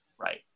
Right